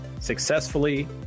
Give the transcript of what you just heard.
successfully